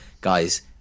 guys